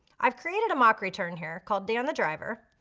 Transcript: i've created a mock return here called dan the driver.